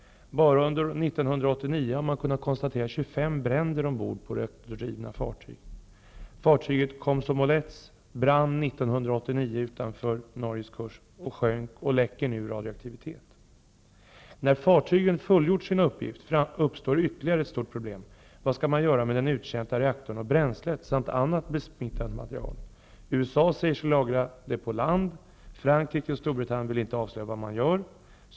Bara under 1989 har man kunnat konstatera 25 bränder ombord på reaktordrivna fartyg. Fartyget Komsomolets brann 1989 utanför Norges kust. Det sjönk och läcker nu radioaktivitet. När fartygen fullgjort sin uppgift uppstår ytterligare ett stort problem -- vad man skall göra med den uttjänta reaktorn och bränslet samt annat besmittat material. USA säger sig lagra detta på land. Frankrike och Storbritannien vill inte avslöja vad man gör.